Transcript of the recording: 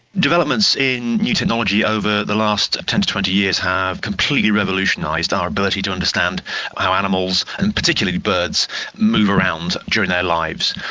developments in new technology over the last ten to twenty years have completely revolutionised our ability to understand how animals and particularly birds move around during their lives.